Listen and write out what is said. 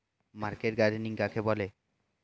Market gardening কাকে বলে?